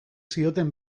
zioten